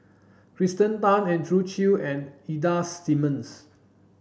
Kirsten Tan Andrew Chew and Ida Simmons